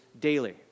daily